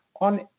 on